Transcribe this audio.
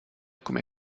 come